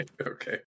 Okay